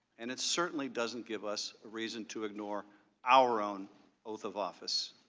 and it certainly doesn't give us a reason to ignore our own oath of office.